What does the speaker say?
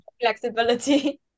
flexibility